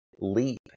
leap